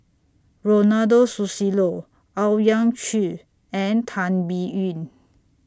Ronald Susilo Owyang Chi and Tan Biyun